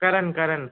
करन करन